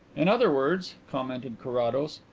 in other words, commented carrados,